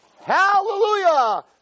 Hallelujah